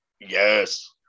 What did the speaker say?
yes